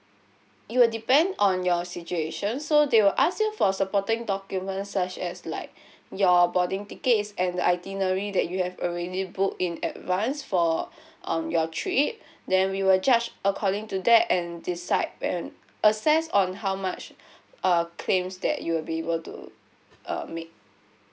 it will depend on your situation so they will ask you for supporting documents such as like your boarding tickets and the itinerary that you have already booked in advance for um your trip then we will judge according to that and decide when assess on how much uh claims that you will be able to uh make